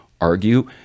argue